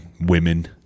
women